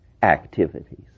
Activities